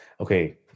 okay